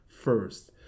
first